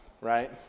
right